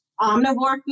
omnivore